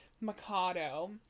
Mikado